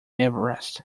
everest